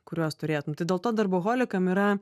kuriuos turėtum tai dėl to darboholikam yra